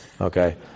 Okay